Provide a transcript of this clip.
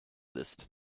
list